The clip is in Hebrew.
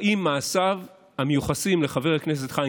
האם המעשים המיוחסים לחבר הכנסת חיים